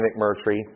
McMurtry